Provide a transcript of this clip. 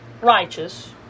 righteous